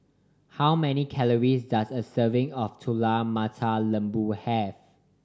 how many calories does a serving of Telur Mata Lembu have